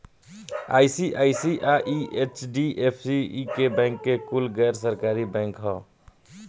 ICICI, HDFC, ई bank कुल गैर सरकारी बैंक ह